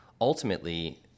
ultimately